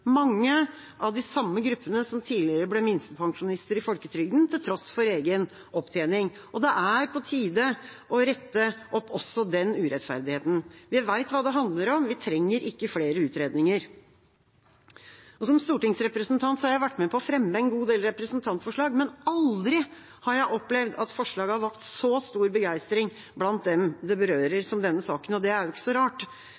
mange av de samme gruppene som tidligere ble minstepensjonister i folketrygden, til tross for egen opptjening. Det er på tide å rette opp også den urettferdigheten. Vi vet hva det handler om, vi trenger ikke flere utredninger. Som stortingsrepresentant har jeg vært med på å fremme en god del representantforslag, men aldri har jeg opplevd at forslag har vakt så stor begeistring blant dem det